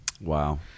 Wow